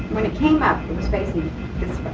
when it came up, it was facing this